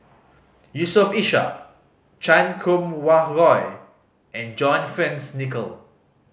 Yusof Ishak Chan Kum Wah Roy and John Fearns Nicoll